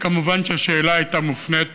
כמובן, השאלה הייתה מופנית